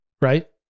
right